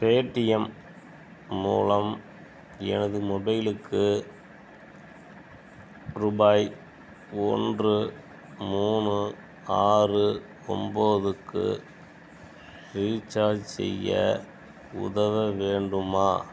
Paytm மூலம் எனது மொபைலுக்கு ரூபாய் ஒன்று மூணு ஆறு ஒம்போதுக்கு ரீசார்ஜ் செய்ய உதவ வேண்டுமா